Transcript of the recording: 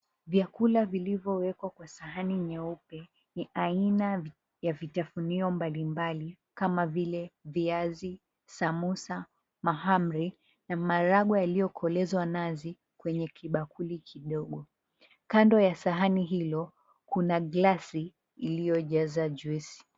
Vyakula vilivyowekwa kwenye sahani nyeupe ni aina ya vitafunio mbalimbali kama vile viazi, samosa, mahamri na maharagwe yaliyo kolezwa nazi kwenye kibakuli kidogo. Kando ya sahani hio kuna glasi iliyojazwa juice .